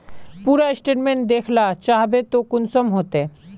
पूरा स्टेटमेंट देखला चाहबे तो कुंसम होते?